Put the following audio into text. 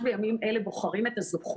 ועובדים ביחד בשיתוף פעולה עם הג'וינט ומשרד